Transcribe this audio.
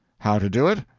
how to do it?